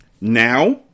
Now